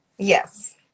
Yes